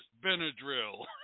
Benadryl